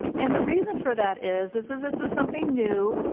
and the reason for that is this is this is something new.